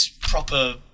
proper